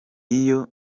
iyo